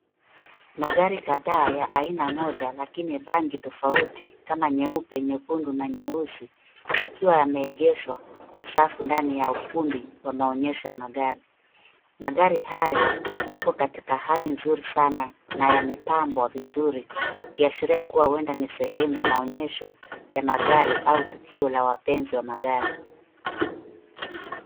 Magari kadhaa ya aina moja lakini rangi tofauti kama nyeupe, nyekundu na nyeusi yakiwa yameegeshwa kwa safu ndani ya ukumbi wa maonyesho ya magari. Magari hayo yako katika hali nzuri sana na yamepambwa vizuri, ikiashiria kuwa huenda ni sehemu ya maonyesho ya magari au tukio la wapenzi wa magari.